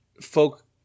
folk